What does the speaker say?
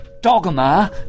dogma